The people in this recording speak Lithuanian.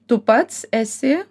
tu pats esi